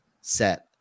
set